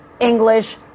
English